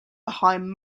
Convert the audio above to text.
behind